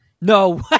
no